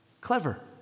clever